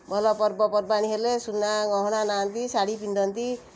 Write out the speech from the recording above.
ଭଲ ପର୍ବପର୍ବାଣୀ ହେଲେ ସୁନା ଗହଣା ନାଆନ୍ତି ଶାଢ଼ୀ ପିନ୍ଧନ୍ତି